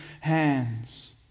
hands